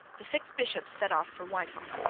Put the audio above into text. the six bishops set off for whitehall.